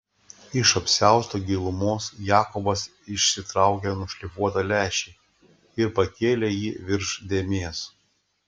iš apsiausto gilumos jakobas išsitraukė nušlifuotą lęšį ir pakėlė jį virš dėmės